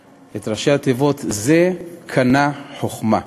את ראשי התיבות "זה קנה חוכמה",